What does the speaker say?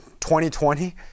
2020